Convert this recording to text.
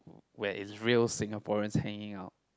where it's real Singaporeans hanging out